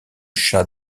chah